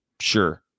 Sure